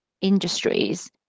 industries